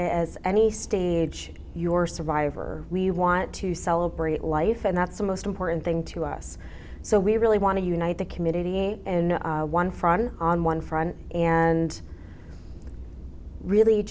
it as any stage your survivor we want to celebrate life and that's the most important thing to us so we really want to unite the community and one friday on one front and really